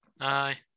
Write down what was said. Aye